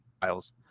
files